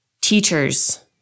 teachers